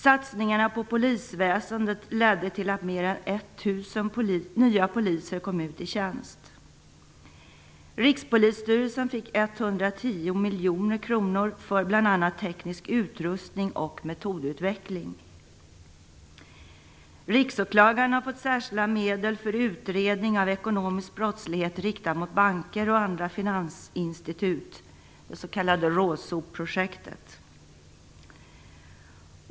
Satsningarna på polisväsendet ledde till att mer än 1 000 nya poliser kom ut i tjänst. Rikspolisstyrelsen fick 110 miljoner kronor för bl.a. teknisk utrustning och metodutveckling. Riksåklagaren har fått särskilda medel för utredning av ekonomisk brottslighet riktad mot banker och andra finansinstitut, det s.k. RÅSOP projektet.